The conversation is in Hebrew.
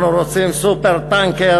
אנחנו רוצים "סופר-טנקר"